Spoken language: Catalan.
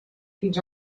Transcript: fins